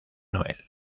noel